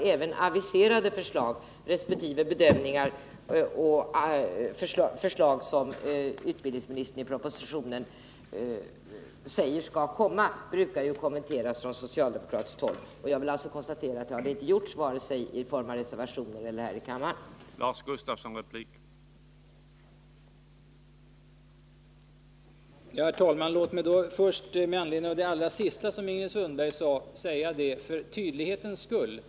Även sådana förslag som utbildningsministern aviserar i propositionen brukar ju kommenteras från socialdemokratiskt håll, och jag konstaterar att man nu inte har gjort det vare sig i form av reservationer eller i form av inlägg här i kammaren.